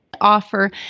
offer